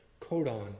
codon